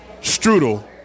strudel